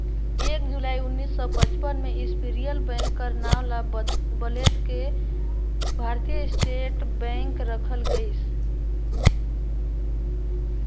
एक जुलाई उन्नीस सौ पचपन में इम्पीरियल बेंक कर नांव ल बलेद के भारतीय स्टेट बेंक रखल गइस